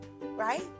Right